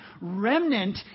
remnant